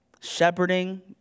Shepherding